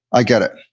i get it.